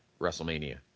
WrestleMania